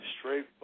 Straight